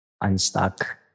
unstuck